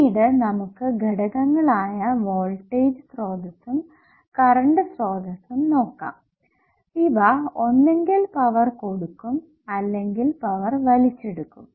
പിന്നീട് നമുക്ക് ഘടകങ്ങളായ വോൾടേജ് സ്രോതസ്സും കറണ്ട് സ്രോതസ്സും നോക്കാം ഇവ ഒന്നെങ്കിൽ പവർ കൊടുക്കും അല്ലെങ്കിൽ പവർ വലിച്ചെടുക്കും